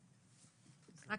אני